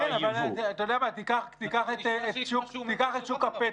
כן, אבל, אתה-יודע-מה, תיקח את שוק הפטם.